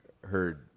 heard